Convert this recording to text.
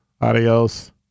Adios